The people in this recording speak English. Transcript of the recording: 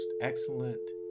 excellent